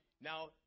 Now